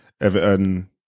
Everton